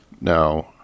Now